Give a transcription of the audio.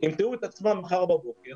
ימצאו את עצמם מחר בבוקר